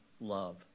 love